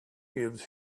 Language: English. gives